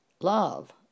love